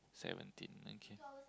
seventeen okay